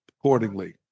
accordingly